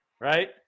right